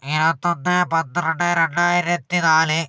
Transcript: ഇരുപത്തി ഒന്ന് പന്ത്രണ്ട് രണ്ടായിരത്തി നാല്